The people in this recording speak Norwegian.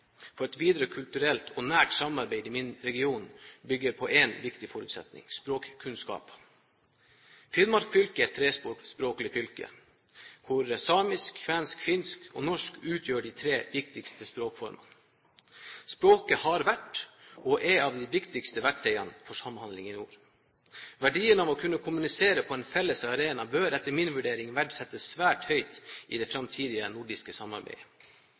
for et videre kulturelt og nært samarbeid i min region bygger på én viktig forutsetning, språkkunnskap. Finnmark fylke er et trespråklig fylke, hvor samisk, kvensk/finsk og norsk utgjør de tre viktigste språkformene. Språket har vært og er av de viktigste verktøyene for samhandling i nord. Verdien av å kunne kommunisere på en felles arena bør etter min vurdering verdsettes svært høyt i det framtidige nordiske samarbeidet.